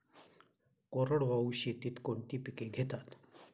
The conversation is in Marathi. कोरडवाहू शेतीत कोणती पिके घेतात?